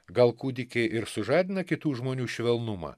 gal kūdikiai ir sužadina kitų žmonių švelnumą